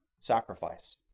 sacrifice